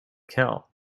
kel